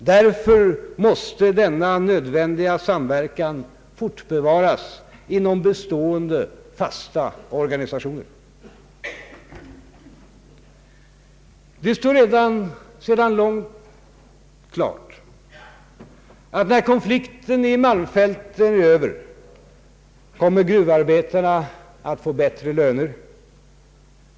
Därför måste denna nödvändiga samverkan fortbevaras inom bestående, fasta organisationer.” Det står sedan lång tid tillbaka klart att när konflikten i malmfälten är över kommer gruvarbetarna att få bättre löner.